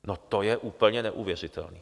No to je úplně neuvěřitelný.